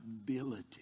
ability